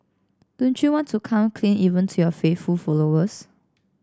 don't you want to come clean even to your faithful followers